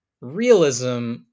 realism